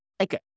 Okay